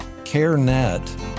CareNet